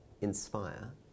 inspire